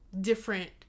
different